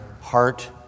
heart